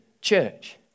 church